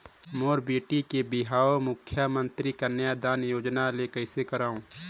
मोर बेटी के बिहाव मुख्यमंतरी कन्यादान योजना ले कइसे करव?